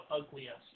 ugliest